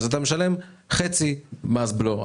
אז כרגע אתה משלם חצי מס בלו.